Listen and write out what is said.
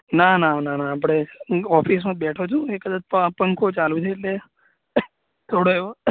ના ના ના આપણે ઓફિસમાં જ બેઠો છું એ કદાચ પંખો ચાલું છે એટલે થોડો એવો